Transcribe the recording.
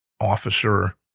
officer